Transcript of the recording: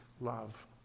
love